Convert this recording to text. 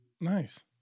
Nice